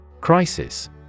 Crisis